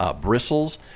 bristles